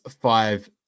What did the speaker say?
five